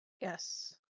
Yes